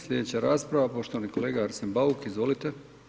Slijedeća rasprava poštovani kolega Arsen Bauk, izvolite.